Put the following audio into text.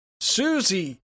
Susie